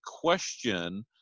question